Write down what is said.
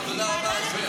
הוועדה לביטחון לאומי.